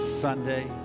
Sunday